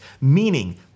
meaning